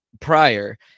prior